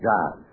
God